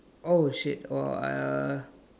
oh shit !wah! I uh